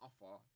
offer